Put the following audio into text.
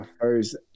first